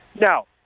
Now